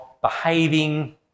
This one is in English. behaving